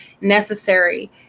necessary